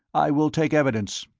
i will take evidence.